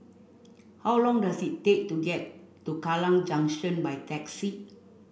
how long does it take to get to Kallang Junction by taxi